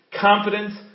confidence